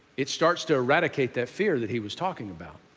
it starts to eradicate that fear that he was talking about.